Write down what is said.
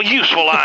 useful